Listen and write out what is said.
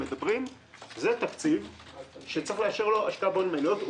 הוא תקציב שצריך לאשר לו השקעה בהון מניות.